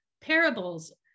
Parables